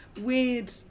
weird